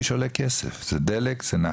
האוטובוס על הכביש עולה כסף, זה דלק, זה נהג,